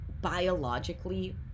biologically